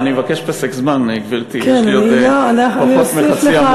אם לימוד תורה לא יגן על ישראל,